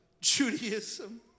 Judaism